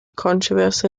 controversy